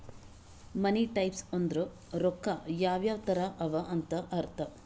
ಮನಿ types ಅಂದುರ್ ರೊಕ್ಕಾ ಯಾವ್ ಯಾವ್ ತರ ಅವ ಅಂತ್ ಅರ್ಥ